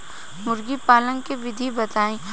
मुर्गी पालन के विधि बताई?